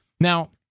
Now